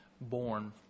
born